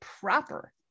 proper